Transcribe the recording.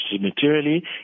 materially